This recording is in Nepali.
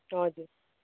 हजुर